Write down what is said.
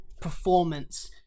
performance